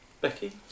becky